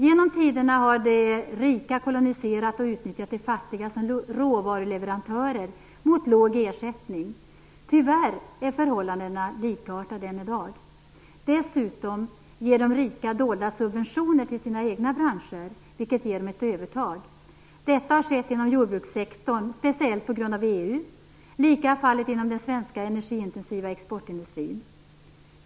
Genom tiderna har de rika koloniserat och utnyttjat de fattiga som råvaruleverantörer mot låg ersättning. Tyvärr är förhållandena likartade än i dag. Dessutom ger de rika dolda subventioner till sina egna branscher, vilket ger dem ett övertag. Detta har skett inom jordbrukssektorn, speciellt på grund av EU. Likadant är det inom den svenska energiintensiva exportindustrin.